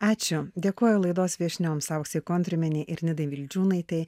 ačiū dėkoju laidos viešnioms auksei kontrimienei ir nidai vildžiūnaitei